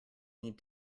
need